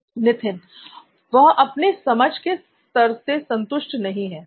नित्थिन वह अपने समझ के स्तर से संतुष्ट नहीं है